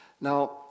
Now